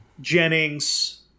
Jennings